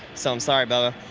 so i'm sorry, bubba.